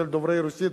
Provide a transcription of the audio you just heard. אצל דוברי רוסית,